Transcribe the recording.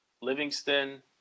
Livingston